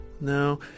No